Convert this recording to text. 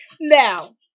Now